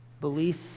belief